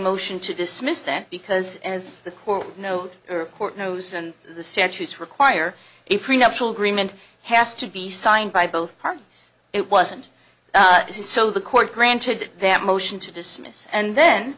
motion to dismiss that because the court no court knows and the statutes require a prenuptial agreement has to be signed by both parties it wasn't this is so the court granted that motion to dismiss and then